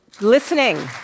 listening